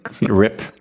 Rip